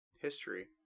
history